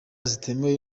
zitemewe